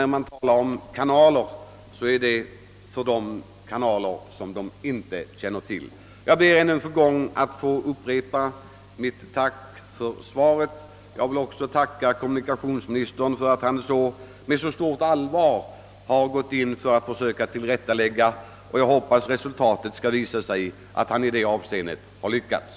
När man talar om kanaler känner de inte till vad det gäller. Jag ber att ännu en gång få tacka för svaret. Jag vill också tacka kommunikationsministern för att han med så stort allvar har gått in för att tillrättalägga dessa förhållanden, och jag hoppas att resultatet skall visa att han i det avseendet har lyckats.